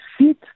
sit